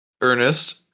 Ernest